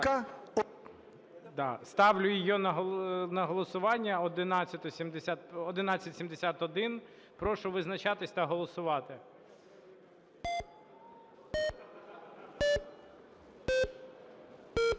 Ставлю на голосування 1182. Прошу визначатись та голосувати.